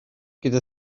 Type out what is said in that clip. gyda